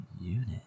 unit